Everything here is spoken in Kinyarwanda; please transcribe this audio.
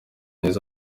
neza